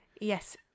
yes